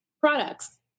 products